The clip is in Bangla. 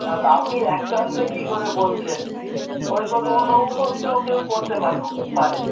হ্যাঁ তা আপনি এক চান্সে কী করে বলছেন ওইটা তো অন্যও করতে কেউ করতে পারতো পারে